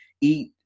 eat